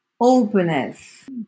openness